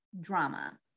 drama